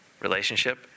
relationship